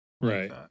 Right